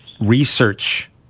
research